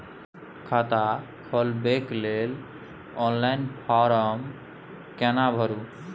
खाता खोलबेके लेल ऑनलाइन फारम केना भरु?